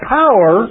power